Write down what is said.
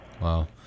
Wow